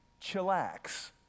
chillax